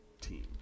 team